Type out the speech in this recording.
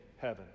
heaven